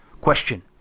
Question